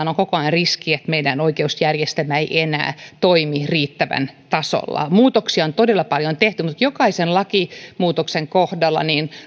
on koko ajan riski että meidän oikeusjärjestelmä ei ei enää toimi riittävällä tasolla muutoksia on todella paljon tehty mutta jokaisen lakimuutoksen kohdalla